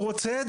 הוא רוצה את